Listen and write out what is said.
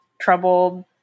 troubled